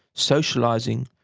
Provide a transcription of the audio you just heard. socialising,